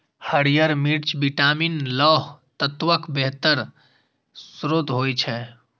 हरियर मिर्च विटामिन, लौह तत्वक बेहतर स्रोत होइ छै